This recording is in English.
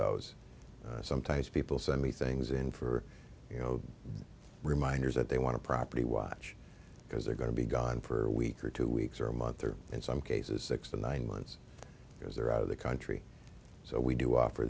those sometimes people send me things in for you know reminders that they want to properly watch because they're going to be gone for a week or two weeks or a month or in some cases six to nine months because they're out of the country so we do offer